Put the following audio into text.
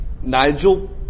Nigel